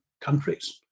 countries